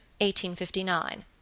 1859